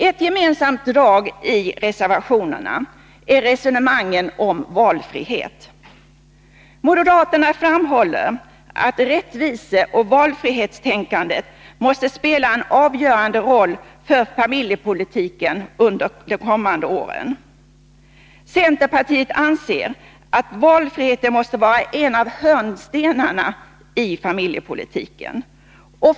Ett gemensamt drag i reservationerna är resonemangen om valfrihet. Moderaterna framhåller att rättviseoch valfrihetstänkandet måste spela en avgörande roll för familjepolitiken under de kommande åren. Centerpartiet anser att valfriheten måste vara en av hörnstenarna i familjepolitiken.